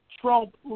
Trump